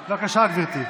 בבקשה, גברתי.